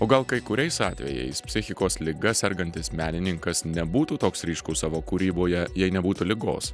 o gal kai kuriais atvejais psichikos liga sergantis menininkas nebūtų toks ryškus savo kūryboje jei nebūtų ligos